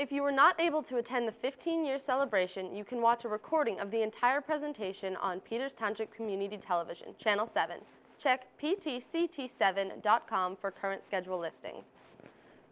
if you were not able to attend the fifteen year celebration you can watch a recording of the entire presentation on peter's tantric community television channel seven check p t c t seven dot com for current schedule listings